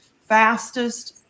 fastest